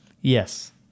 Yes